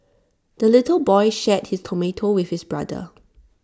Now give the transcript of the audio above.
the little boy shared his tomato with his brother